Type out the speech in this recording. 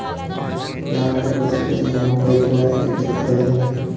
धान के फसल के साथे मकई, जवार के खेती कईल जाला